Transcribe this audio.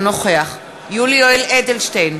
אינו נוכח יולי יואל אדלשטיין,